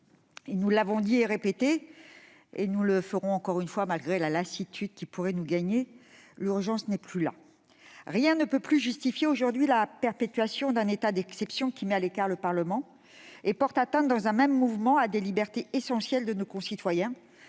Nous l'avons dit et répété, et nous le ferons encore et toujours, malgré la lassitude qui pourrait nous gagner : l'urgence n'est plus là. Rien ne peut plus justifier aujourd'hui la perpétuation d'un état d'exception qui met à l'écart le Parlement et porte atteinte, dans un même mouvement, à des libertés essentielles de nos concitoyens.